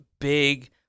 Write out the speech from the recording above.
big